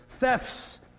thefts